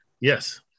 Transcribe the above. Yes